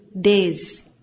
Days